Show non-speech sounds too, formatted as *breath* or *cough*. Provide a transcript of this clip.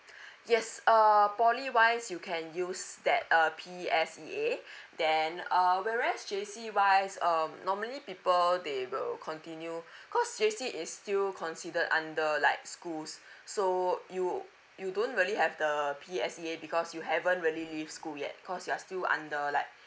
yes uh poly wise you can use that uh P_S_E_A *breath* then uh whereas J_C wise um normally people they will continue cause J_C is still considered under like schools so you you don't really have the P_S_E_A because you haven't really leave school yet cause you are still under like